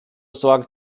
sorgen